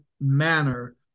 manner